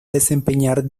desempeñar